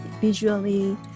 visually